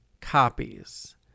copies